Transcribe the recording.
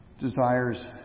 Desires